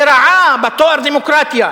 לרעה בתואר דמוקרטיה.